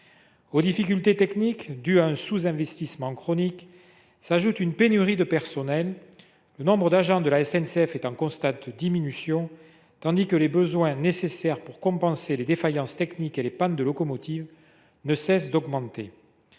Aux difficultés techniques dues au sous investissement chronique s’ajoute une pénurie de personnel. Le nombre d’agents de la SNCF est en constante diminution, tandis que les moyens nécessaires pour compenser les défaillances techniques et les pannes de locomotives ne cessent d’augmenter.